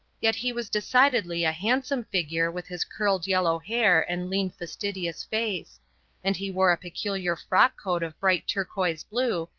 ye he was decidedly a handsome figure with his curled yellow hair and lean fastidious face and he wore a peculiar frock-coat of bright turquoise blue,